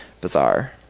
bizarre